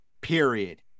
Period